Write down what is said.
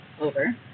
over